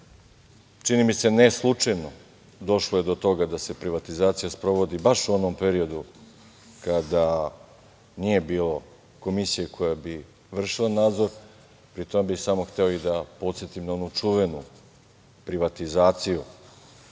čini mi se ne slučajno došlo je do toga da se privatizacija sprovodi baš u onom periodu kada nije bilo komisije koja bi vršila nadzor, pri tome bih samo hteo da podsetim na onu čuvenu privatizaciju